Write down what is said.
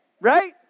right